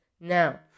Now